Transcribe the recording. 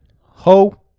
Ho